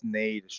need